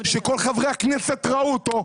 שכל חברי הכנסת ראו אותו,